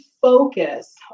focus